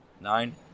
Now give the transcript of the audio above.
Nine